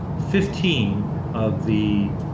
fifteen of the